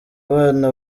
bana